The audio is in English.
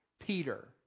Peter